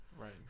right